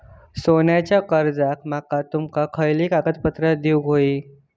सोन्याच्या कर्जाक माका तुमका खयली कागदपत्रा देऊक व्हयी?